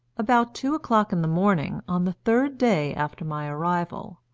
about two o'clock in the morning, on the third day after my arrival,